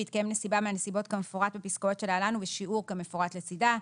בהתקיים נסיבה מהנסיבות כמפורט בפסקאות שלהלן ובשיעור כמפורט לצדה.